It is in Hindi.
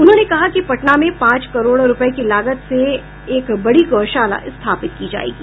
उन्होंने कहा कि पटना में पांच करोड़ रूपये की लागत से एक बड़ी गौशाला स्थापित की जायेगी